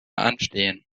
anstehen